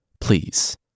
Please